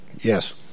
Yes